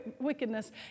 wickedness